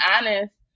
honest